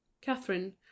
Catherine